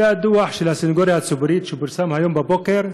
זה הדוח של הסנגוריה הציבורית שפורסם הבוקר,